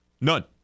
None